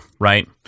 right